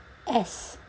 S